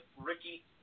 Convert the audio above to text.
Ricky